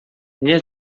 nie